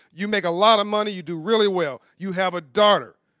you make a lot of money. you do really well. you have a daughter.